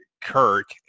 Kirk